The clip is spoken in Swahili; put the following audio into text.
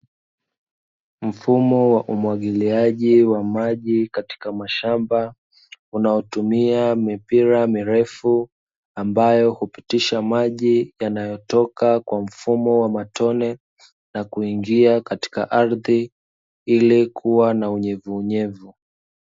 Mfumo wa umwagiliaji wa maji katika mashamba unaotumia mipira mirefu ambayo hupitisha maji yanayotoka kwa mfumo wa matone na kuingia katika ardhi ili kuwa na unyevuunyevu.